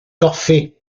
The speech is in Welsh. goffi